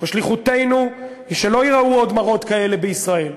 שליחותנו היא שלא ייראו עוד מראות כאלה בישראל.